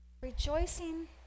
Rejoicing